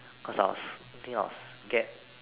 cause I was I think I was scared